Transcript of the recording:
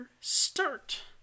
start